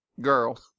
Girl